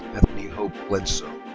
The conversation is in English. bethany hope bledsoe.